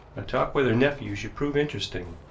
a talk with her nephew should prove interesting.